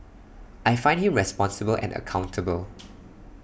I find him responsible and accountable